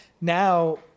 Now